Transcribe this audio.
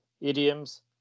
idioms